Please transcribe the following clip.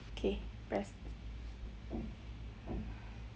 okay press